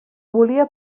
volia